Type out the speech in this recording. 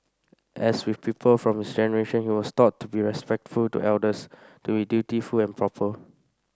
as with people from his generation he was taught to be respectful to elders to dutiful and proper